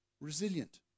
resilient